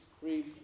Three